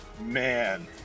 man